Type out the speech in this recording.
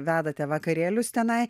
vedate vakarėlius tenai